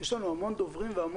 מאה אחוז.